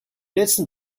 letzten